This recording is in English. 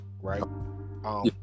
right